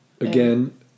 again